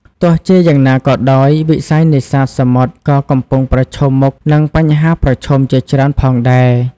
ទោះជាយ៉ាងណាក៏ដោយ វិស័យនេសាទសមុទ្រក៏កំពុងប្រឈមមុខនឹងបញ្ហាប្រឈមជាច្រើនផងដែរ។